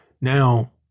Now